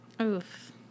Oof